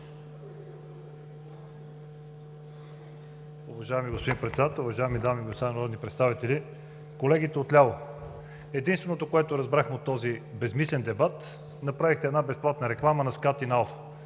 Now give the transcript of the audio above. Уважаеми господин Председател, уважаеми дами и господа народни представители! Колегите отляво – единственото, което разбрахме от този безсмислен дебат, е, че направихте една безплатна реклама на СКАТ и на Алфа.